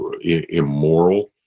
immoral